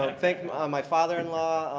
and thank my father-in-law,